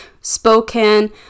Spokane